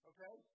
Okay